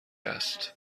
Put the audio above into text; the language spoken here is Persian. است